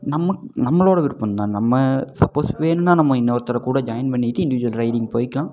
நம்ம நம்மளோட விருப்பம் தான் நம்ம சப்போஸ் வேணுன்னா நம்ம இன்னொருத்தரை கூட ஜாயின் பண்ணிகிட்டு இண்டிவிஜுவல் ரைடிங் போயிக்கலாம்